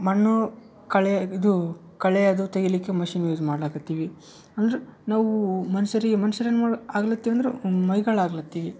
ಮಣ್ಣು ಕಳೆ ಇದು ಕಳೆ ಅದು ತೆಗಿಲಿಕ್ಕೆ ಮೆಷಿನ್ ಯೂಸ್ ಮಾಡ್ಲಕತ್ತೀವಿ ಅಂದ್ರೆ ನಾವು ಮನ್ಷರು ಮನ್ಷ್ರು ಏನ್ಮಾಡ ಆಗ್ಲತ್ತಿ ಅಂದ್ರೆ ಮೈಗಳ್ಳ ಆಗ್ಲತ್ತೀವಿ